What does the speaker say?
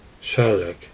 Sherlock